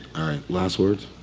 alright, last words?